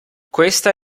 questa